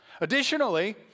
Additionally